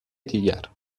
دیگر